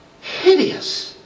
hideous